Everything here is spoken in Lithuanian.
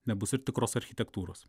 nebus ir tikros architektūros